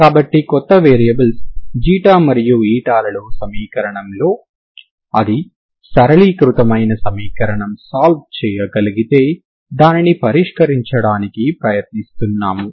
కాబట్టి కొత్త వేరియబుల్స్ ξ మరియు ηలలో సమీకరణంలో అది సరళీకృతమైన సమీకరణం సాల్వ్ చేయగలిగితే దానిని పరిష్కరించడానికి ప్రయత్నిస్తున్నాము